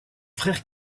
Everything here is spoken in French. frère